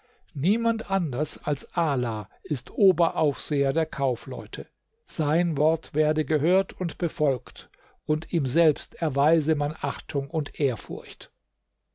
niemand anders als ala ist oberaufseher der kaufleute sein wort werde gehört und befolgt und ihm selbst erweise man achtung und ehrfurcht